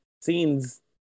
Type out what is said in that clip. scenes